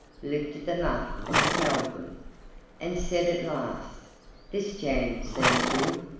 lifted them up and smelled them and said at last this jam seems good,